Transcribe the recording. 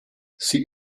sie